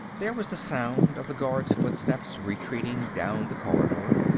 there was the sound of the guard's footsteps retreating down the corridor.